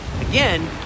again